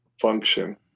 function